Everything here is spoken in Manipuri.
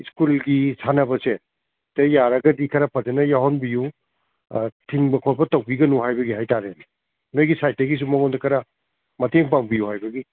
ꯏꯁꯀꯨꯜꯒꯤ ꯁꯥꯟꯅꯕꯁꯦ ꯁꯤꯗ ꯌꯥꯔꯒꯗꯤ ꯈꯔ ꯐꯖꯅ ꯌꯥꯎꯍꯟꯕꯤꯌꯨ ꯑꯥ ꯊꯤꯡꯕ ꯈꯣꯠꯄ ꯇꯧꯕꯤꯒꯅꯨ ꯍꯥꯏꯕꯒꯤ ꯍꯥꯏꯇꯥꯔꯦꯅꯦ ꯅꯣꯏꯒꯤ ꯁꯥꯏꯠꯇꯒꯤꯁꯨ ꯃꯉꯣꯟꯗ ꯈꯔ ꯃꯇꯦꯡ ꯄꯥꯡꯕꯤꯌꯨ ꯍꯥꯏꯕꯒꯤ